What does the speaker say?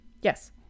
Yes